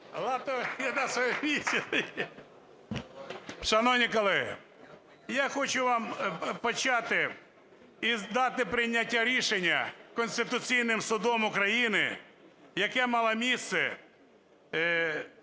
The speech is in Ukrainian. Шановні колеги, я хочу вам почати із дати прийняття рішення Конституційним Судом України, яке мало місце